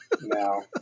No